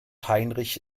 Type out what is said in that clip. heinrich